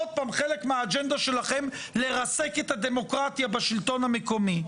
עוד פעם חלק מהאג'נדה שלכם לרסק את הדמוקרטיה בשלטון המקומי.